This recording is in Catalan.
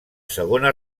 segona